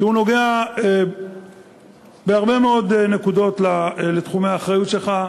שנוגע בהרבה מאוד נקודות בתחומי האחריות שלך,